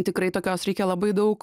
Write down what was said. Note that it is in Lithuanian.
tikrai tokios reikia labai daug